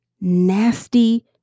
Nasty